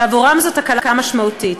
ועבורם זאת הקלה משמעותית.